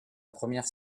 première